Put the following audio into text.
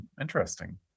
interesting